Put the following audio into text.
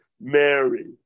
Mary